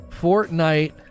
Fortnite